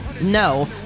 no